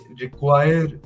require